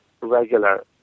regular